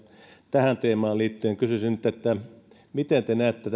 tähän teemaan liittyen kysyisin nyt miten te näette